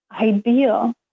ideal